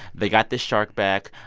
they got the shark back.